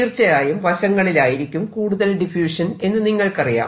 തീർച്ചയായും വശങ്ങളിലായിരിക്കും കൂടുതൽ ഡിഫ്യൂഷൻ എന്ന് നിങ്ങൾക്കറിയാം